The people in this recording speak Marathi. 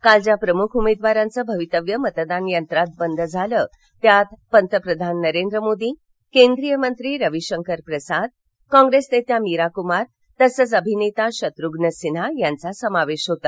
काल ज्या प्रमुख उमेदवारांचं भवितव्य मतदान यंत्रात बंद झालं त्यात पंतप्रधान नरेंद्र मोदी केंद्रीय मंत्री रविशंकर प्रसाद कॉंग्रेस नेत्या मीरा कुमार तसंच अभिनेता शत्रुध्न सिन्हा यांचा समावेश होता